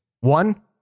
One